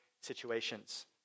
situations